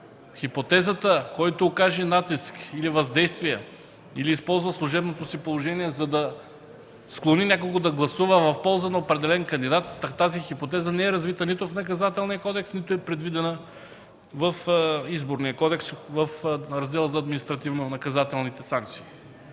хипотезата за оказване натиск или въздействие, или използване на служебното положение, за да склони някого да гласува в полза на определен кандидат – тази хипотеза не е развита в Наказателния кодекс и не е предвидена в Изборния кодекс в раздела „Административно-наказателни санкции”.